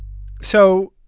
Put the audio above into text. so.